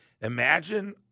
Imagine